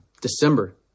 december